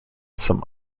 some